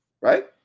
right